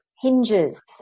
hinges